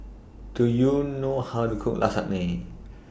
Do YOU know How to Cook Lasagne